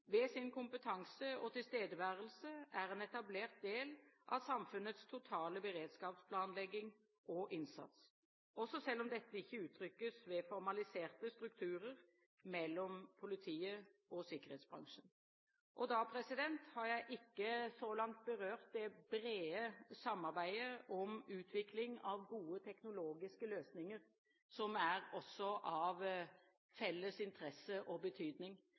ved sin kompetanse og tilstedeværelse er en etablert del av samfunnets totale beredskapsplanlegging og innsats, også selv om dette ikke uttrykkes ved formaliserte strukturer mellom politiet og sikkerhetsbransjen. Da har jeg ikke – så langt – berørt det brede samarbeidet om utvikling av gode teknologiske løsninger, som også er av felles interesse og betydning.